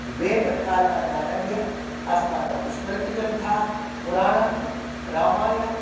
वेदकालादारभ्य अस्माकं स्मृतिग्रन्थाः पुराणानि रामायणम्